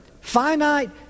finite